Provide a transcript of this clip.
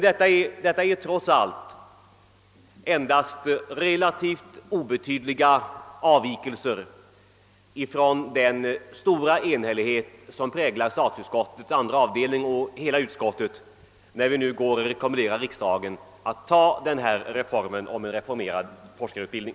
Detta är emellertid trots allt endast relativt obetydliga avvikelser från den stora enighet som präglar statsutskottets andra avdelning och hela utskottet när vi rekommenderar riksdagen att bifalla förslaget om en reformerad forskarutbildning.